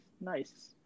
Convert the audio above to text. Nice